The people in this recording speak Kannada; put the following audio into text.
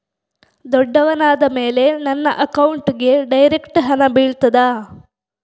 ದೊಡ್ಡವನಾದ ಮೇಲೆ ನನ್ನ ಅಕೌಂಟ್ಗೆ ಡೈರೆಕ್ಟ್ ಹಣ ಬೀಳ್ತದಾ?